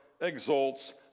exalts